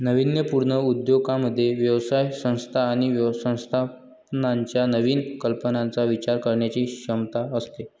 नाविन्यपूर्ण उद्योजकांमध्ये व्यवसाय संस्था आणि व्यवस्थापनाच्या नवीन कल्पनांचा विचार करण्याची क्षमता असते